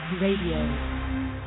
Radio